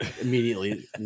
immediately